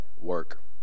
work